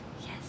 Yes